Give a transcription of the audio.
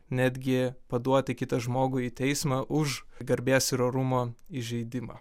netgi paduoti kitą žmogų į teismą už garbės ir orumo įžeidimą